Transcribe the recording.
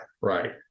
right